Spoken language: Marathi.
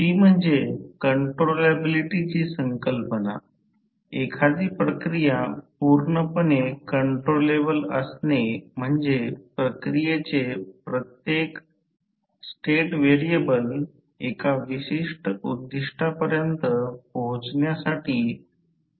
तर I2 म्हणून हे समीकरण तयार करा I2 x I2 fl समीकरण 1 आणि 2 पासून आता तांबे लॉस Re2 मिळेल कारण Re2 I2 2 तर येथे आपण I2 टाकत आहोत